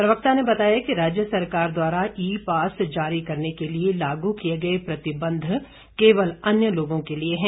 प्रवक्ता ने बताया कि राज्य सरकार द्वारा ई पास जारी करने के लिए लागू किए गए प्रतिबंध केवल अन्य लोगों के लिए हैं